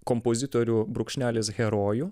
kompozitorių brūkšnelis herojų